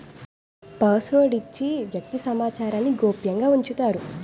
password ఇచ్చి వ్యక్తి సమాచారాన్ని గోప్యంగా ఉంచుతారు